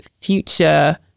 future